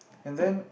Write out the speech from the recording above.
and then